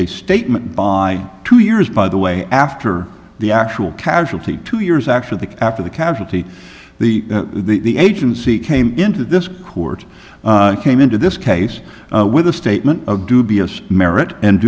a statement by two years by the way after the actual casualty two years after the after the casualty the the agency came into this court came into this case with a statement of dubious merit and